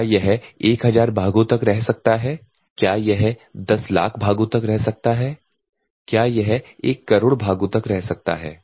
क्या यह 1000 भागों तक रह सकता है क्या यह 1000000 भागों तक रह सकता है क्या यह 10000000 भागों तक रह सकता है